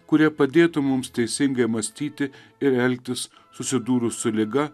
kurie padėtų mums teisingai mąstyti ir elgtis susidūrus su liga